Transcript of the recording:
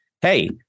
hey